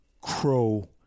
crow